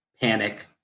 panic